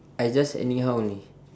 I just anyhow only